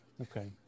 okay